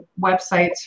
websites